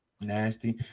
nasty